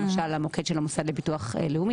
למשל המוקד של המוסד לביטוח לאומי,